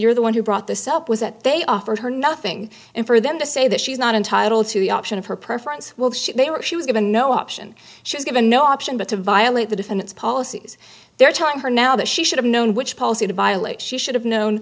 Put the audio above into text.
you're the one who brought this up was that they offered her nothing and for them to say that she's not entitled to the option of her preference they were she was given no option she's given no option but to violate the defendant's policies their time for now that she should have known which policy to violate she should have known